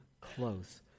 close